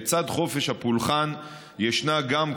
לצד חופש הפולחן ישנה גם,